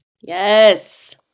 Yes